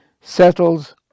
settles